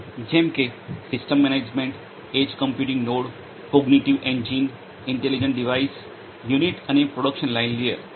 જેમ કે system management edge computing node cognitive engine intelligent device unit અને production line layer